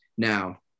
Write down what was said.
Now